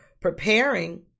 preparing